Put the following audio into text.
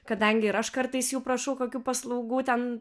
kadangi ir aš kartais jų prašau kokių paslaugų ten